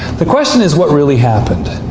the question is, what really happened?